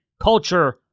culture